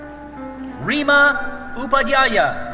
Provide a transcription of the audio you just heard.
remma upadhyaya. yeah